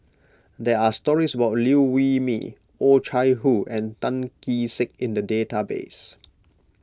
there are stories about Liew Wee Mee Oh Chai Hoo and Tan Kee Sek in the database